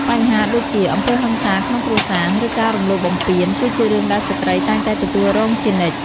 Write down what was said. បញ្ហាដូចជា អំពើហិង្សាក្នុងគ្រួសារ ឬការរំលោភបំពាន គឺជារឿងដែលស្ត្រីតែងតែទទួលរងជានិច្ច។